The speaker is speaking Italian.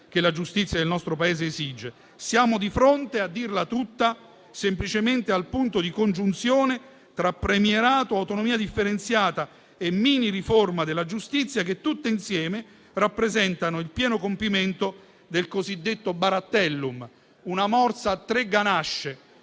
che la giustizia del nostro Paese esige. Siamo di fronte, a dirla tutta, semplicemente al punto di congiunzione tra premierato, autonomia differenziata e miniriforma della giustizia, che tutte insieme rappresentano il pieno compimento del cosiddetto "barattellum", una morsa a tre ganasce